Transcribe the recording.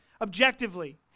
Objectively